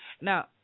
Now